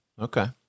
Okay